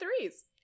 threes